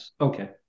Okay